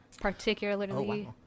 particularly